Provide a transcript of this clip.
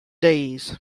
days